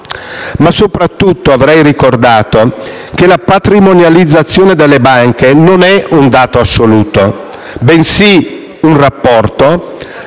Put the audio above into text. E soprattutto, avrei ricordato che la patrimonializzazione delle banche non è un dato assoluto, bensì un rapporto